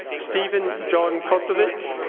steven john kosovich